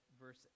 verse